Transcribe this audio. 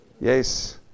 Yes